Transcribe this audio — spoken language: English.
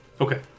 Okay